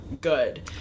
good